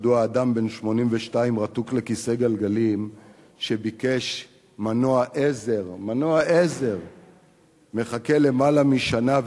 מדוע אדם בן 82 רתוק לכיסא גלגלים שביקש מנוע עזר מחכה למעלה משנה,